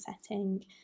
setting